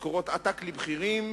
משכורות עתק לבכירים,